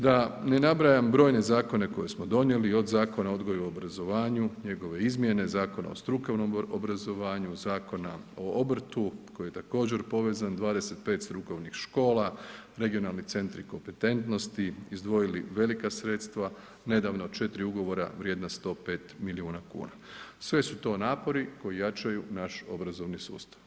Da ne nabrajam brojne zakone koje smo donijeli, od Zakona o odgoju i obrazovanju i njegove izmjene, Zakona o strukovnom obrazovanju, Zakona o obrtu koji je također povezan 25 strukovnih škola, Regionalni centri kompetentnosti izdvojili velika sredstva, nedavno 4 ugovora vrijedna 105 milijuna kuna, sve su to napori koji jačaju naš obrazovni sustav.